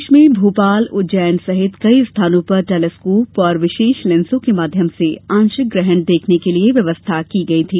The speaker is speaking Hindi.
प्रदेश में भोपाल उज्जैन सहित कई स्थानों पर टेलिस्कोप और विशेष लेंसों के माध्यम से आंशिक ग्रहण देखने के लिए व्यवस्था की गई थी